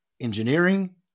engineering